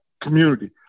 community